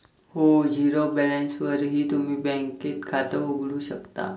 हो, झिरो बॅलन्सवरही तुम्ही बँकेत खातं उघडू शकता